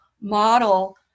model